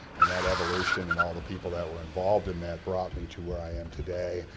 and that evolution and all the people that were involved in that brought me to where i am today.